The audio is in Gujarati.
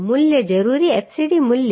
મૂલ્ય જરૂરી fcd મૂલ્ય